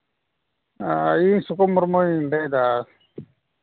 ᱤᱧ ᱥᱩᱠᱩ ᱢᱩᱨᱢᱩᱧ ᱞᱟᱹᱭᱫᱟ